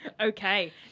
okay